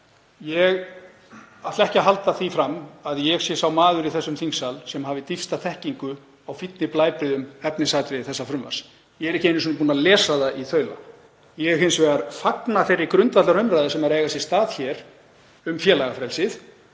Ég ætla ekki að halda því fram að ég sé sá maður í þessum þingsal sem hafi dýpsta þekkingu á fínni blæbrigðum efnisatriða þessa frumvarps. Ég er ekki einu sinni búinn að lesa það í þaula. Ég fagna hins vegar þeirri grundvallarumræðu sem er að eiga sér stað hér um félagafrelsið.